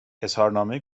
اظهارنامه